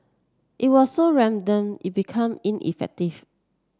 it was so random it become ineffective